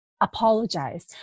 apologize